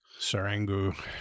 Sarangu